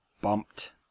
bumped